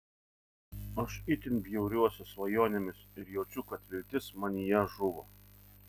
aš itin bjauriuosi svajonėmis ir jaučiu kad viltis manyje žuvo